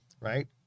right